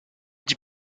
dit